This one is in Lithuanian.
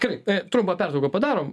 taip na trumpą pertrauką padarom